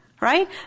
right